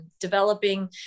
developing